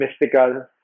mystical